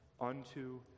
unto